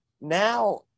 now